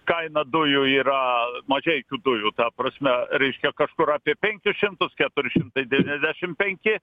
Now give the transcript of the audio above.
kaina dujų yra mažeikių dujų ta prasme reiškia kažkur apie penkis šimtus keturi šimtai devyniasdešimt penki